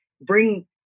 bring